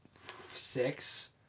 Six